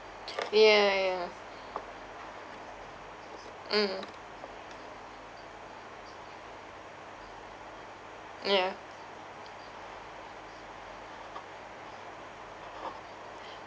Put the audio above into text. ah ya ya ya mm yeah